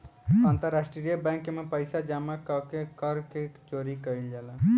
अंतरराष्ट्रीय बैंक में पइसा जामा क के कर के चोरी कईल जाला